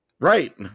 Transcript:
right